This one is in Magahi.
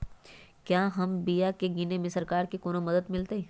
क्या हम बिया की किने में सरकार से कोनो मदद मिलतई?